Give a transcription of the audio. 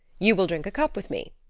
you will drink a cup with me.